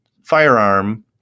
firearm